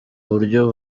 buryo